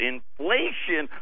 Inflation